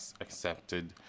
accepted